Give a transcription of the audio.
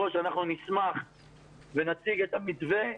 אנחנו נשמח להציג את המתווה.